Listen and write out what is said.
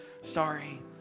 sorry